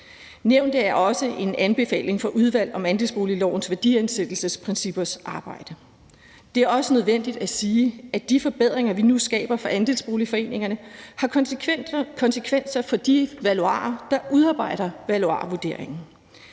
Nævnt er også en anbefaling fra Udvalg om andelsboliglovens værdiansættelsesprincippers arbejde. Det er også nødvendigt at sige, at de forbedringer, vi nu skaber for andelsboligforeningerne, har konsekvenser for de valuarer, der udarbejder valuarvurderingen.